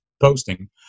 posting